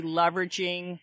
leveraging